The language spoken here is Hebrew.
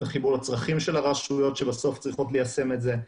את החיבור לצרכים של הרשויות שבסוף צריכות ליישם את זה,